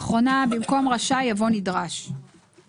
אחרי המילה "עסקה" יבוא "מספר עסקאות כחבילה".